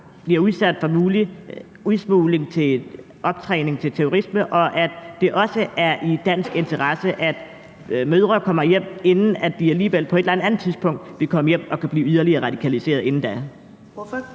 bliver udsat for udsmugling til optræning til terrorisme, og at det også er i dansk interesse, at mødrene kommer hjem, inden de alligevel på et eller andet tidspunkt kommer hjem og vil være blevet yderligere radikaliseret inden da. Kl.